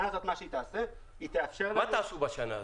מה תעשו בשנה הזאת?